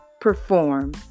perform